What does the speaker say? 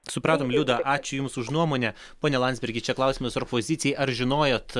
supratom liuda ačiū jums už nuomonę pone landsbergi čia klausimas ir opozicijai ar žinojot